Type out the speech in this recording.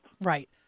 Right